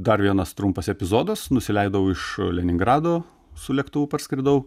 dar vienas trumpas epizodas nusileidau iš leningrado su lėktuvu parskridau